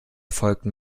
folgten